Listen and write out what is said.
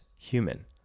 human